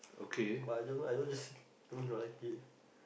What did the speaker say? but I don't know I just don't like it